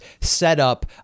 setup